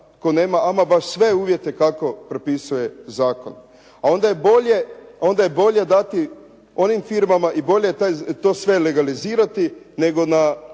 tko nema ama baš sve uvjete kako propisuje zakon. Onda je bolje dati onim firmama i bolje to sve legalizirati, nego na